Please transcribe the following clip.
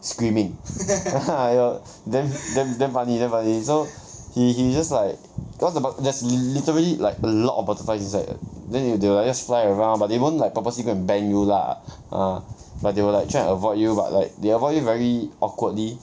screaming ha ha I heard damn damn damn funny damn funny so he he just like cause the butter~ there's literally like a lot of butterflies inside there then they will like just fly around but they won't purposely go and bang you lah ah but they will like try and avoid you but like they avoid you very awkwardly